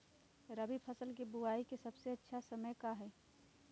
रबी फसल के बुआई के सबसे अच्छा समय का हई?